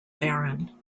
baron